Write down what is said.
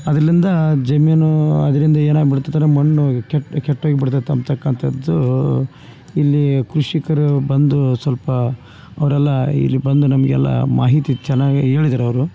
ಅದರ್ಲಿಂದ ಜಮೀನೂ ಅದರಿಂದ ಏನಾಗಿ ಬಿಡ್ತೈತೆ ಅಂದರೆ ಮಣ್ಣು ಹೋಗಿ ಕೆಟ್ಟು ಕೆಟ್ಟು ಹೋಗ್ಬಿಡ್ತೈತ್ ಅಂಬ್ತಕ್ಕಂಥದ್ದು ಇಲ್ಲಿ ಕೃಷಿಕರು ಬಂದು ಸ್ವಲ್ಪ ಅವರೆಲ್ಲ ಇಲ್ಲಿ ಬಂದು ನಮಗೆಲ್ಲಾ ಮಾಹಿತಿ ಚೆನ್ನಾಗಿ ಹೇಳಿದ್ರು ಅವರು